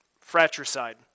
fratricide